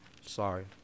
Sorry